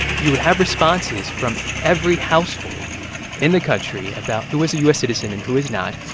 you would have responses from every household in the country about who is a u s. citizen and who is not.